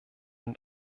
und